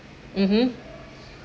mmhmm